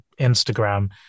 Instagram